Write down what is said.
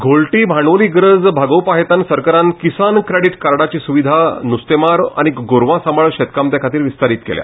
घोळटी भांडवली गरज भागोवपाहेतान सरकारान किसान क्रेडीट कार्डाची सुविधा नुस्तेमार आनी गोरवा सांबाळ शेतकामत्यांखातीर विस्तारीत केल्या